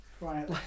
Right